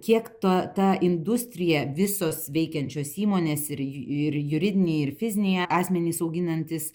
kiek ta ta industrija visos veikiančios įmonės ir ir juridiniai ir fiziniai asmenys auginantys